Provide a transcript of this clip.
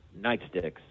nightsticks